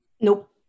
Nope